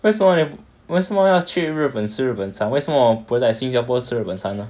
为什么你为什么要去日本吃日本餐为什么不在新加坡吃日本餐呢